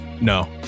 no